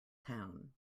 town